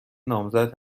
نامزد